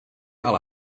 ale